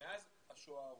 מאז השואה הארורה.